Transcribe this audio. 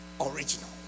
original